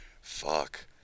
Fuck